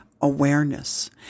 awareness